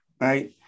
right